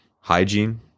hygiene